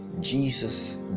Jesus